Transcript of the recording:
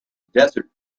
desert